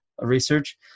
research